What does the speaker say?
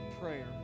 prayer